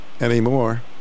anymore